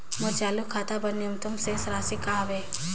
मोर चालू खाता बर न्यूनतम शेष राशि का हवे?